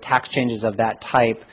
that tax changes of that type